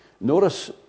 Notice